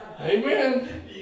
Amen